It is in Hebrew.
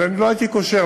אבל אני לא הייתי קושר,